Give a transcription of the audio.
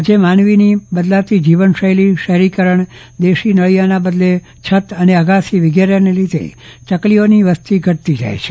આજે માનવીની બદલાયેલી જીવનશૈલી શહેરીકરણ દેશી નળીયાના બદલે છત અને અગાસી વિગેરેના લીધે ચકલીઓની વસ્તી ઘટતી જાય છે